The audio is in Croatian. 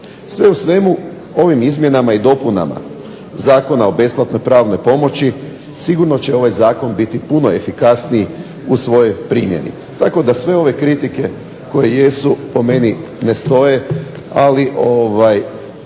Sve u svemu, ovim izmjenama i dopunama Zakona o besplatnoj pravnoj pomoći sigurno će ovaj zakon biti puno efikasniji u svojoj primjeni. Tako da sve ove kritike koje jesu po meni ne stoje, ali izgleda